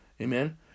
Amen